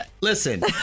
Listen